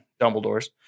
Dumbledore's